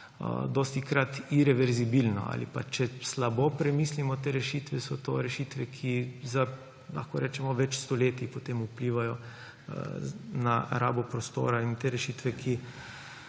dostikrat ireverzibilno. Ali pa če slabo premislimo te rešitve, so to rešitve, ki, lahko rečemo, za več stoletij potem vplivajo na rabo prostora. In te rešitve, ki